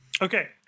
Okay